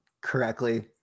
correctly